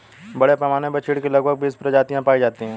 बड़े पैमाने पर चीढ की लगभग बीस प्रजातियां पाई जाती है